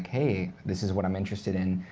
hey, this is what i'm interested in.